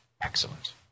excellent